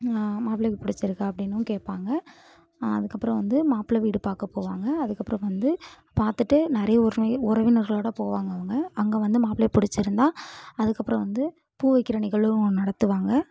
மாப்பிளைக்கு பிடிச்சிருக்கா அப்படின்னும் கேட்பாங்க அதுக்கப்புறம் வந்து மாப்ளை வீடு பார்க்க போவாங்க அதுக்கப்புறம் வந்து பார்த்துட்டு நிறைய உற உறவினர்களோடு போவாங்க அவங்க அங்கே வந்து மாப்பிளைய பிடுச்சிருந்தா அதுக்கப்புறம் வந்து பூ வைக்கிற நிகழ்வுன்னு ஒன்று நடத்துவாங்க